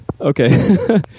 Okay